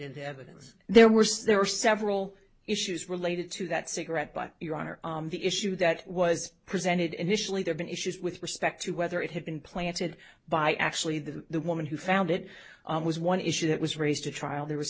into evidence there were so there are several issues related to that cigarette but your honor the issue that was presented initially there been issues with respect to whether it had been planted by actually the the woman who found it was one issue that was raised to trial there was